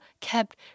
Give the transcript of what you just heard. kept